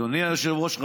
אדוני היושב-ראש,